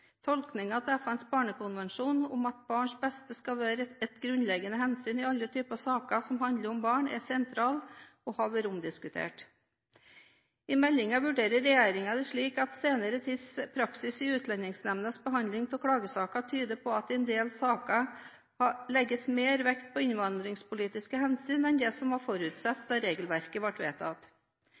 Tolkningen av FNs barnekonvensjon om at barns beste skal være et grunnleggende hensyn i alle typer saker som handler om barn, er sentral og har vært omdiskutert. I meldingen vurderer regjeringen det slik at senere tids praksis i Utlendingsnemndas behandling av klagesaker tyder på at det i en del saker legges mer vekt på innvandringspolitiske hensyn enn det som var forutsatt da regelverket ble vedtatt.